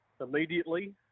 immediately